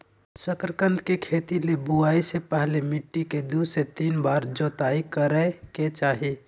शकरकंद के खेती ले बुआई से पहले मिट्टी के दू से तीन बार जोताई करय के चाही